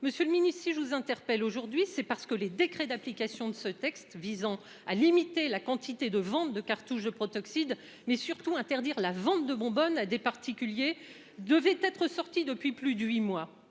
Monsieur le Ministre, si je vous interpelle aujourd'hui c'est parce que les décrets d'application de ce texte visant à limiter la quantité de ventes de cartouches de protoxyde mais surtout interdire la vente de bonbonnes à des particuliers devaient être sorti depuis plus de huit mois